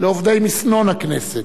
לעובדי מזנון הכנסת,